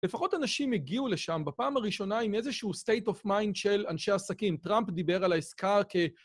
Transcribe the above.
לפחות אנשים הגיעו לשם בפעם הראשונה עם איזשהו state of mind של אנשי עסקים. טראמפ דיבר על העסקה כ...